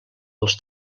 dels